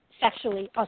sexually